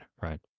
right